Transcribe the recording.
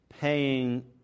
paying